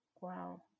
Wow